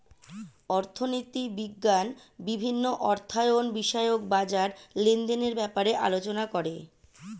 অর্থনীতি বিজ্ঞান বিভিন্ন অর্থায়ন বিষয়ক বাজার লেনদেনের ব্যাপারে আলোচনা করে